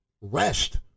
rest